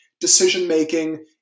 decision-making